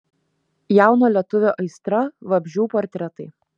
jauno lietuvio aistra vabzdžių portretai